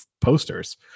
posters